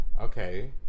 okay